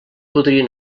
podrien